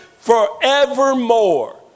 forevermore